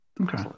Okay